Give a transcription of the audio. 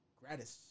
gratis